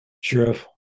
Sheriff